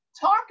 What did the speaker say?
talk